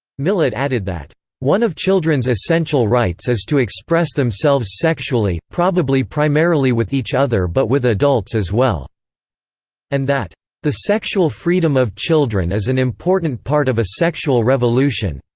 millett added that one of children's essential rights is to express themselves sexually, probably primarily with each other but with adults as well and that the sexual freedom of children is an important part of a sexual revolution.